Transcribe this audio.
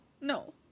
No